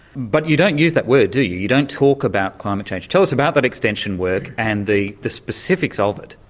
but you don't use that word, do you, you don't talk about climate change. tell us about that extension work and the the specifics of it.